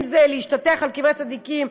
אם זה להשתטח על קברי צדיקים,